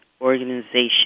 organization